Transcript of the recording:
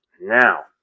Now